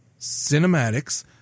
cinematics